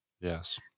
Yes